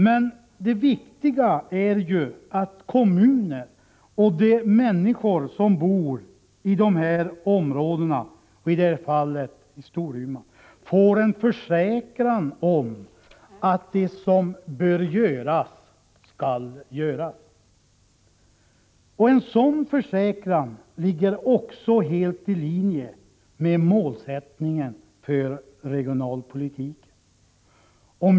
Men det viktiga är ju att kommunen och de människor som bor i de här områdena, i det här fallet i Storuman, får en försäkran om att det som bör göras skall bli gjort. En sådan försäkran ligger också helt i linje med målsättningen för regionalpolitiken.